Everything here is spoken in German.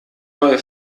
neue